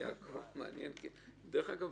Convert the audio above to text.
אגב,